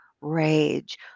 rage